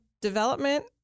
Development